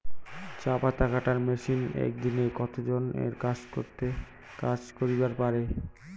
চা পাতা কাটার মেশিন এক দিনে কতজন এর কাজ করিবার পারে?